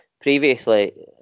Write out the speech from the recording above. previously